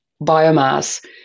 biomass